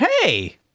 Hey